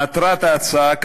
מטרת ההצעה,